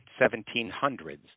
1700s